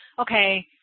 okay